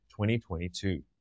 2022